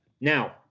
Now